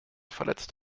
verletzt